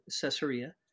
Caesarea